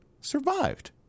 survived